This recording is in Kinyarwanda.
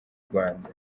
rwanda